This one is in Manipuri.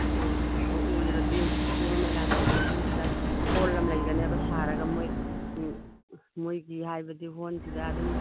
ꯎꯗ꯭ꯔꯗꯤ ꯍꯧꯖꯤꯛꯀꯤ ꯀꯤꯍꯣꯝ ꯃꯦꯂꯥ ꯇꯧꯕ ꯃꯐꯝꯁꯤꯗ ꯍꯣꯜ ꯑꯃ ꯂꯩꯒꯅꯦꯕ ꯁꯥꯔꯒ ꯃꯣꯏ ꯃꯣꯏꯒꯤ ꯍꯥꯏꯕꯗꯤ ꯍꯣꯜꯁꯤꯗ ꯑꯗꯨꯝ